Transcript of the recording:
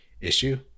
issue